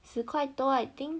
十块多 I think